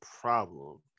problem